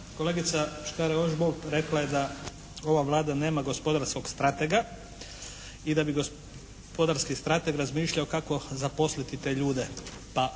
kolegica Škare Ožbolt rekla je da ova Vlada nema gospodarskog stratega i da bi gospodarski strateg razmišljao kako zaposliti te ljude,